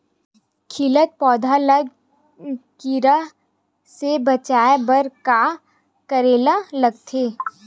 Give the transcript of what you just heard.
खिलत पौधा ल कीरा से बचाय बर का करेला लगथे?